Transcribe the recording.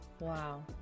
Wow